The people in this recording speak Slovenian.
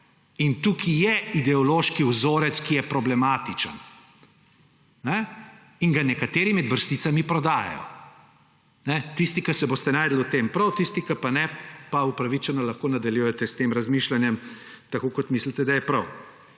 In tukaj je ideološki vzorec, ki je problematičen in ga nekateri med vrsticami prodajajo. Tisti, ki se boste našli v tem, prav, tisti, ki pa ne, pa upravičeno lahko nadaljujete s tem razmišljanjem, tako kot mislite, da je prav.